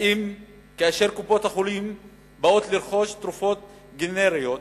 האם כאשר קופות-החולים באות לרכוש תרופות גנריות